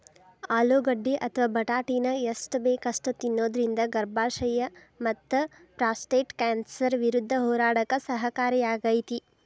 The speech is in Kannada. ಆಲೂಗಡ್ಡಿ ಅಥವಾ ಬಟಾಟಿನ ಎಷ್ಟ ಬೇಕ ಅಷ್ಟ ತಿನ್ನೋದರಿಂದ ಗರ್ಭಾಶಯ ಮತ್ತಪ್ರಾಸ್ಟೇಟ್ ಕ್ಯಾನ್ಸರ್ ವಿರುದ್ಧ ಹೋರಾಡಕ ಸಹಕಾರಿಯಾಗ್ಯಾತಿ